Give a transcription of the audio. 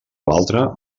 altre